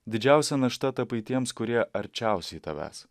didžiausia našta tapai tiems kurie arčiausiai tavęs